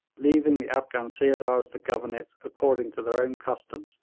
leaving the afghan sirdars to govern it according to their own customs,